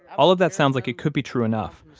all of that sounds like it could be true enough.